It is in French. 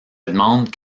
demande